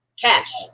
cash